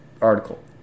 article